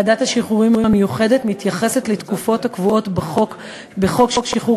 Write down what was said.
ועדת השחרורים המיוחדת מתייחסת לתקופות הקבועות בחוק שחרור